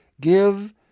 Give